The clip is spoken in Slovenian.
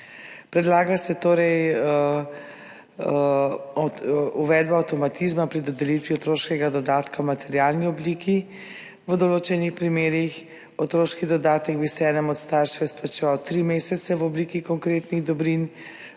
Predlaga se torej uvedba avtomatizma pri dodelitvi otroškega dodatka v materialni obliki v določenih primerih, otroški dodatek bi se enemu od staršev izplačeval tri mesece v obliki konkretnih dobrin,